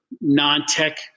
non-tech